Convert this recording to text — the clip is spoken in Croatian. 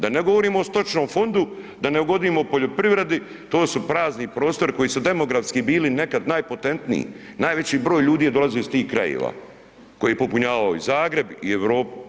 Da ne govorimo o stočnom fondu, da ne govorimo o poljoprivredi, to su prazni prostori koji su demografski bili najpotentniji, najveći broj ljudi je dolazio iz tih krajeva, koji je popunjavao i Zagreb i Europu.